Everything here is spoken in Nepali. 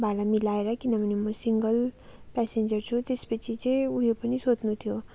भाडा मिलाएर किनभने म सिङ्गल प्यासेन्जर छु त्यस पछि चाहिँ ऊ यो पनि सोध्नु थियो